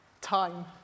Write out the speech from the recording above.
Time